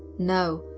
no,